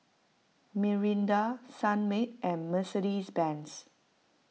Mirinda Sunmaid and Mercedes Benz